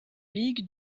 ligue